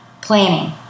Planning